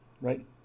right